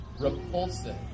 repulsive